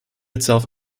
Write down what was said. itself